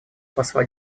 посла